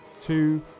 two